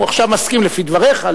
עכשיו הוא מסכים לפי דבריך,